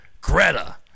Greta